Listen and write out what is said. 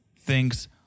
thinks